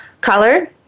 color